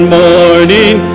morning